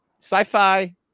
sci-fi